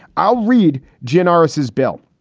i'll read generous is bill.